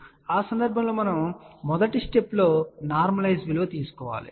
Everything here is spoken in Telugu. కాబట్టి ఆ సందర్భంలో మొదటి స్టెప్ లో మనం నార్మలైస్ విలువను తెలుసుకోవాలి